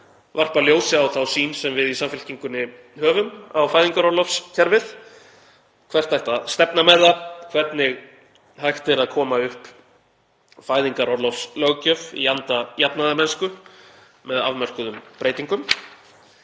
varpa ljósi á þá sýn sem við í Samfylkingunni höfum á fæðingarorlofskerfið, hvert ætti að stefna með það, hvernig hægt er að koma upp fæðingarorlofslöggjöf í anda jafnaðarmennsku með afmörkuðum breytingum.